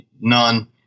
none